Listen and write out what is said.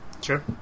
Sure